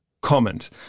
comment